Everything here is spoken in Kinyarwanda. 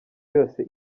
yose